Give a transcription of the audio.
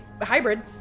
Hybrid